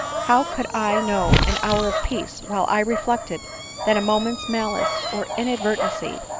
how could i know an hour of peace while i reflected that a moment's malice, or inadvertency,